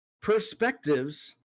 perspectives